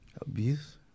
Abuse